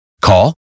Call